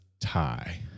tie